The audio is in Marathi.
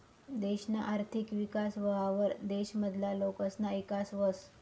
देशना आर्थिक विकास व्हवावर देश मधला लोकसना ईकास व्हस